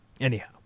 anyhow